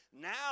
Now